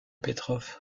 petrov